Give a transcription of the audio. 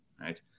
right